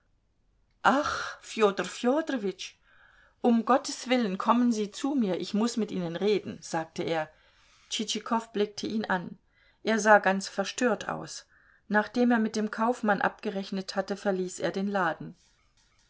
ach fjodor fjodorowitsch um gotteswillen kommen sie zu mir ich muß mit ihnen reden sagte er tschitschikow blickte ihn an er sah ganz verstört aus nachdem er mit dem kaufmann abgerechnet hatte verließ er den laden